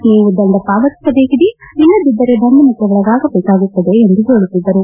ನೀವು ದಂಡ ಪಾವತಿಸಬೇಕಿದೆ ಇಲ್ಲದಿದ್ದರೆ ಬಂಧನಕ್ಕೆ ಒಳಗಾಗಬೇಕಾಗುತ್ತದೆ ಎಂದು ಹೇಳುತ್ತಿದ್ದರು